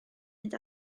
mynd